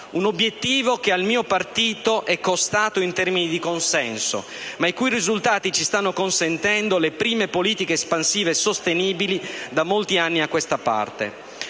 Un obiettivo che al mio partito è costato in termini di consenso ma i cui risultati ci stanno consentendo le prime politiche espansive sostenibili da molti anni a questa parte.